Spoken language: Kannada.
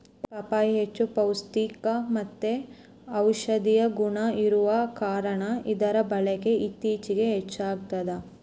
ಪಪ್ಪಾಯಿ ಹೆಚ್ಚು ಪೌಷ್ಟಿಕಮತ್ತೆ ಔಷದಿಯ ಗುಣ ಇರುವ ಕಾರಣ ಇದರ ಬಳಕೆ ಇತ್ತೀಚಿಗೆ ಹೆಚ್ಚಾಗ್ತದ